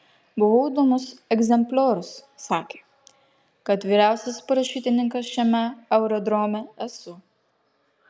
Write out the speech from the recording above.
buvau įdomus egzempliorius sakė kad vyriausias parašiutininkas šiame aerodrome esu